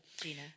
Gina